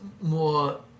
more